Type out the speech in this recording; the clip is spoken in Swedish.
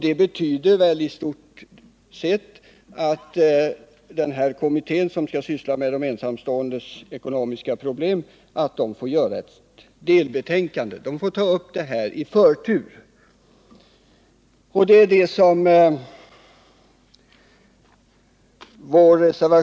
Det betyder i stort sett att den kommitté som skall syssla med samhällsstödet till de ensamstående får avge ett delbetänkande. Kommittén får ta upp detta med förtur.